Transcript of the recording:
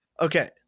Okay